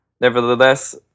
Nevertheless